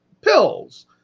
pills